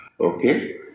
Okay